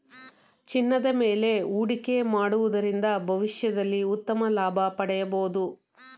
ಚಿನ್ನದ ಮೇಲೆ ಹೂಡಿಕೆ ಮಾಡುವುದರಿಂದ ಭವಿಷ್ಯದಲ್ಲಿ ಉತ್ತಮ ಲಾಭ ಪಡೆಯಬಹುದು